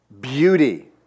beauty